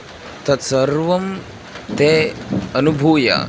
तत् सर्वं ते अनुभूय